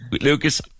Lucas